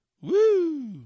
Woo